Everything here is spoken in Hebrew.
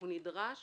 הוא נדרש